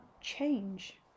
change